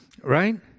right